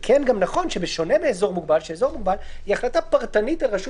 זה כן נכון שבשונה מאזור מוגבל היא החלטה פרטנית על רשות